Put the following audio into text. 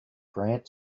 grant